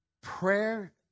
Prayer